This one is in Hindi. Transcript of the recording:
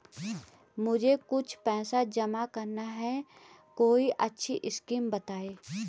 मुझे कुछ पैसा जमा करना है कोई अच्छी स्कीम बताइये?